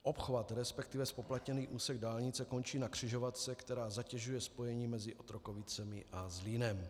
Obchvat, resp. zpoplatněný úsek dálnice, končí na křižovatce, která zatěžuje spojení mezi Otrokovicemi a Zlínem.